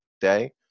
day